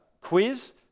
quiz